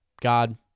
God